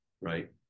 right